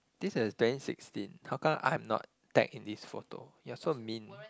this is twenty sixteen how come I am not tagged in this photo you're so mean